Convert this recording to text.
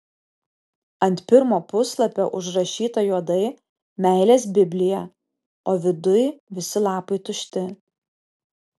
ant pirmo puslapio užrašyta juodai meilės biblija o viduj visi lapai tušti